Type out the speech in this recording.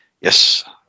Yes